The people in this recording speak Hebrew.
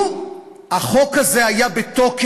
לו החוק הזה היה בתוקף,